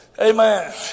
Amen